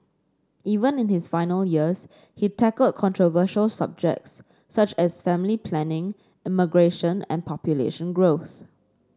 even in his final years he tackled controversial subjects such as family planning immigration and population growth